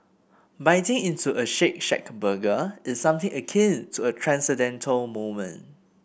biting into a Shake Shack burger is something akin to a transcendental moment